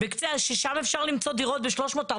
ששם אפשר למצוא דירות ב-300,000 שקל,